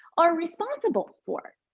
are responsible for.